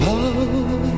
Love